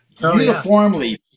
uniformly